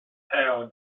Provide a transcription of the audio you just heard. hell